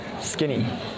skinny